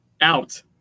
out